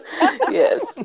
Yes